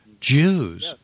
Jews